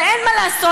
ואין מה לעשות,